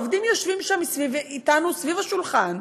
העובדים יושבים שם אתנו סביב השולחן,